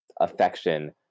affection